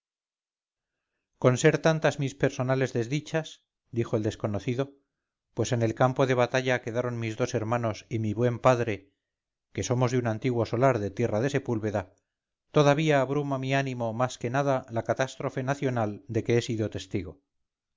con ser tantas mis personales desdichas dijo el desconocido pues en el campo de batalla quedaron mis dos hermanos y mi buen padre que somos de un antiguo solar de tierra de sepúlveda todavía abruma mi ánimo más que nada la catástrofe nacional de que he sido